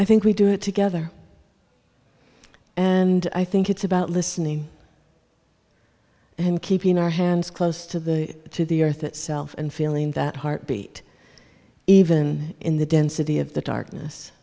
i think we do it together and i think it's about listening and keeping our hands close to the to the earth itself and feeling that heartbeat even in the density of the darkness